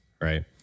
right